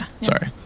sorry